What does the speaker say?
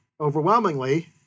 overwhelmingly